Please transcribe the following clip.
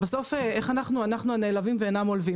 בסוף איך אנחנו, 'אנחנו הנעלבים ואינם עולבים',